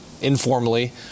informally